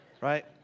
Right